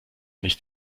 nicht